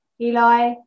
Eli